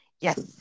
yes